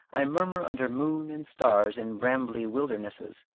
i murmur under moon and stars in brambly wildernesses,